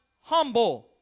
humble